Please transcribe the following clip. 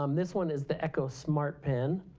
um this one is the echo smart pen,